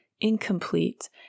incomplete